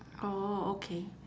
oh okay